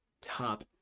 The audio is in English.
top